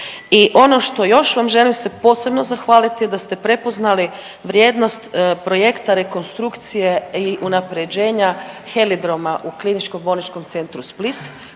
I ono što još vam želim se posebno zahvaliti je da ste prepoznali vrijednost projekta rekonstrukcije i unapređenja helidroma u KBC Split,